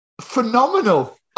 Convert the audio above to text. phenomenal